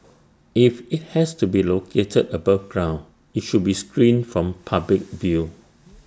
if IT has to be located above ground IT should be screened from public view